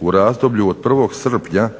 u razdoblju od 1. srpnja